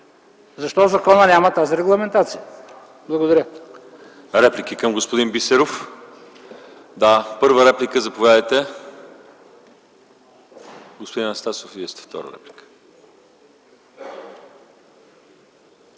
Защо законът няма тази регламентация? Благодаря.